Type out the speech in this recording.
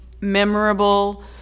memorable